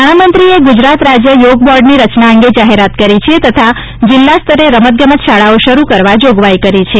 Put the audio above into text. નાણામંત્રીએ ગુજરાત રાજ્ય યોગ બોર્ડની રચના અંગે જાહેરાત કરી છે તથા જિલ્લા સ્તરે રમતગમત શાળાઓ શરૂ કરવા જોગવાઇ કરી છે